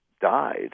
died